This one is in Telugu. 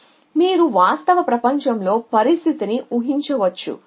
కాబట్టి మీరు వాస్తవ ప్రపంచంలో పరిస్థితిని ఊహించవచ్చు